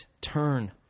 turn